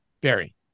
Barry